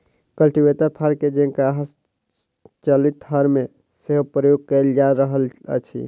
cultivator फार के जेंका हस्तचालित हर मे सेहो प्रयोग कयल जा रहल अछि